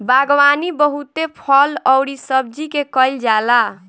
बागवानी बहुते फल अउरी सब्जी के कईल जाला